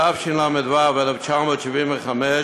התשל"ו 1975,